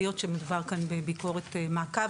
היות שמדובר כאן בביקורת מעקב,